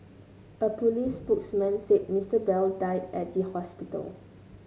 a police spokesman said Mister Bell died at the hospital